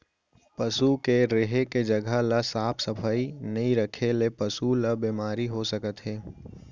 पसू के रेहे के जघा ल साफ सफई नइ रखे ले पसु ल बेमारी हो सकत हे